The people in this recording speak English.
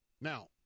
Now